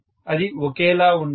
అది ఒకేలా ఉండదు